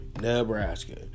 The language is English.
Nebraska